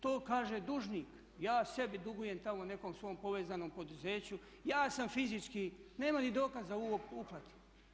To kaže dužnik, ja sebi dugujem tamo nekom svom povezanom poduzeću, ja sam fizički, nema ni dokaza o uplati.